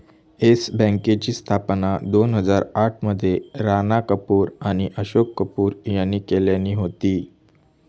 yes बँकेची स्थापना दोन हजार आठ मध्ये राणा कपूर आणि अशोक कपूर यांनी केल्यानी होती